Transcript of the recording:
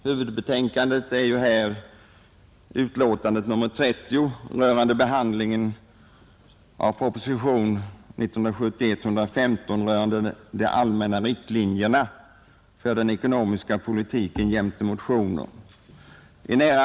Huvudbetänkandet är nr 30 som behandlar propositionen 115 rörande de allmänna riktlinjerna för den ekonomiska politiken jämte motioner.